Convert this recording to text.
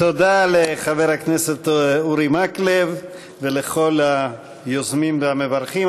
תודה לחבר הכנסת אורי מקלב ולכל היוזמים והמברכים.